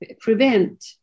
prevent